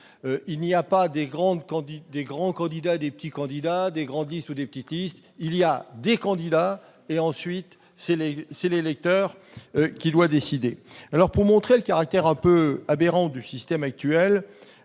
Il n'y a pas des grands candidats et des petits candidats, des grandes listes et des petites listes : il y a des candidats, et c'est l'électeur qui doit décider. Pour souligner le caractère quelque peu aberrant du système actuel,